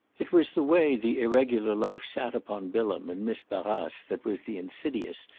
it was the way the irregular life sat upon bilham and miss barrace that was the insidious,